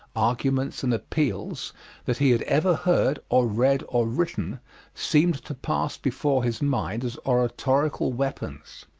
arguments and appeals that he had ever heard or read or written seemed to pass before his mind as oratorical weapons,